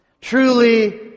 truly